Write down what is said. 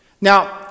Now